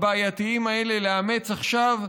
הבעייתיים האלה לאמץ עכשיו.